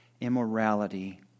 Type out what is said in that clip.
immorality